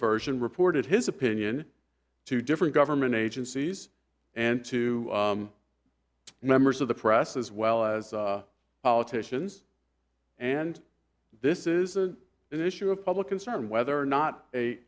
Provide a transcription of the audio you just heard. version reported his opinion to different government agencies and to members of the press as well as politicians and this is an issue of public concern whether or not